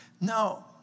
No